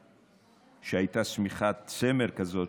שהייתה שמיכת צמר כזאת,